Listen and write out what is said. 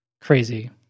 crazy